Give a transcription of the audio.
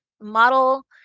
model